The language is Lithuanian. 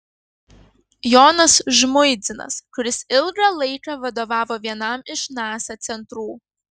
jonas žmuidzinas kuris ilgą laiką vadovavo vienam iš nasa centrų